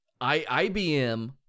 ibm